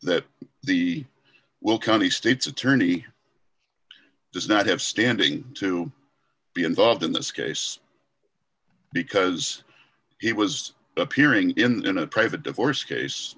that the will county state's attorney does not have standing to be involved in this case because it was appearing in a private divorce case